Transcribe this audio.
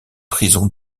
prison